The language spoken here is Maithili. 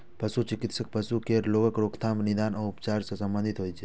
पशु चिकित्सा पशु केर रोगक रोकथाम, निदान आ उपचार सं संबंधित होइ छै